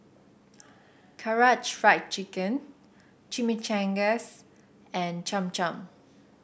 Karaage Fried Chicken Chimichangas and Cham Cham